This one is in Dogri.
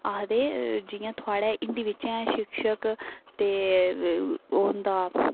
आखदे जि'यां थुआढे हिंदी बिच शिक्षक ते होंदा